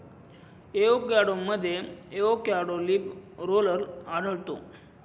एवोकॅडोमध्ये avocado leaf roller आढळतो